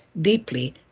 deeply